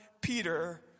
Peter